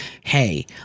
hey